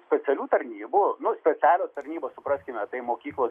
specialių tarnybų nu specialios tapybos supraskime tai mokyklos